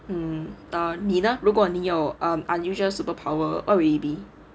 mmhmm err 你呢如果你有 unusual superpower already